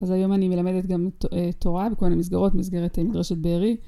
‫אז היום אני מלמדת גם תורה ‫בכל המסגרות, מסגרת מדרשת בארי.